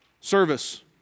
service